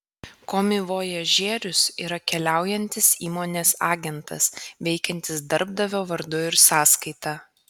komivojažierius yra keliaujantis įmonės agentas veikiantis darbdavio vardu ir sąskaita